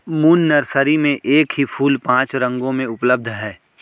moon Nursery में एक ही फूल पांच रंगों में उपलब्ध है